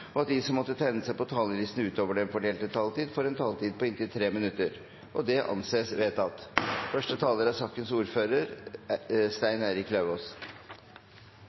og at de som måtte tegne seg på talerlisten utover den fordelte taletid, får en taletid på inntil 3 minutter. – Det anses vedtatt.